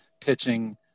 pitching